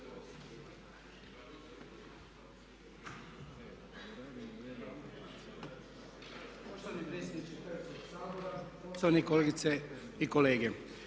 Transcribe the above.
Hvala.